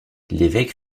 l’évêque